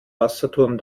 wasserturm